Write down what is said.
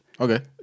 Okay